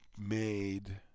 made